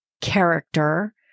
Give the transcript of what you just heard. character